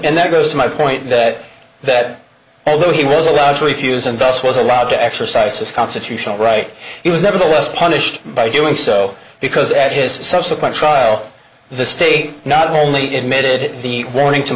and that goes to my point that that although he was allowed to refuse and thus was allowed to exercise his constitutional right he was nevertheless punished by doing so because at his subsequent trial the state not only emitted the warning to